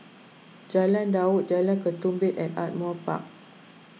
Jalan Daud Jalan Ketumbit and Ardmore Park